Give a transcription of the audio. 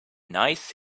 nice